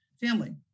family